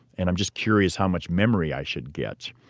and i'm just curious how much memory i should get.